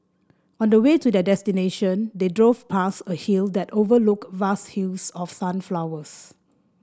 on the way to their destination they drove past a hill that overlooked vast fields of sunflowers